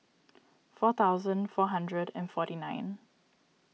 four thousand four hundred and forty nine